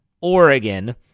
Oregon